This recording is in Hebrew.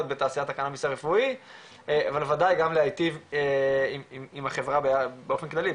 בתעשיית הקנאביס הרפואי אבל בוודאי גם להיטיב עם החברה באופן כללי,